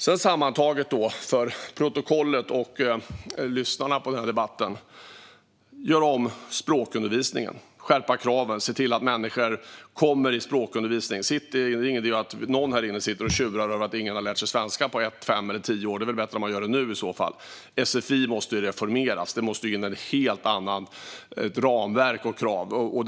Sedan vill jag säga något för protokollet och till dem som lyssnar på denna debatt. Det handlar om att göra om språkundervisningen, skärpa kraven och se till att människor kommer i språkundervisning. Det är ingen idé att någon här inne sitter och tjurar över att ingen har lärt sig svenska på ett, fem eller tio år. Det är väl bättre att de gör det nu, i så fall. Sfi måste reformeras. Det måste in ett helt annat ramverk och helt andra krav.